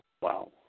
Wow